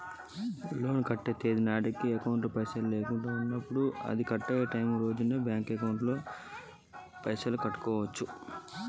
Loan కట్టే తేదీకి నా అకౌంట్ లో పైసలు లేకుంటే బ్యాంకులో కట్టచ్చా?